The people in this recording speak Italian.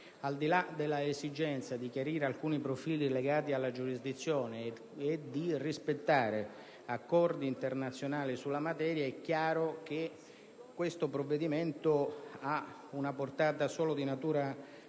Al di là dell'esigenza di chiarire alcuni profili legati alla giurisdizione e di rispettare gli accordi internazionali sulla materia, è chiaro che questo provvedimento ha solo una portata di natura